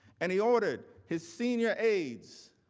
and he ordered his senior aide,